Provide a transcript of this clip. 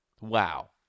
Wow